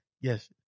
yes